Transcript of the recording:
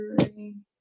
three